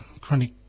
chronic